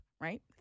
right